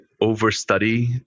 overstudy